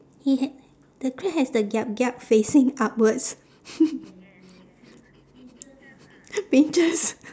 he h~ the crab has the kiap kiap facing upwards pincers